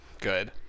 good